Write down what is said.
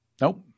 Nope